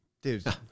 Dude